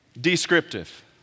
Descriptive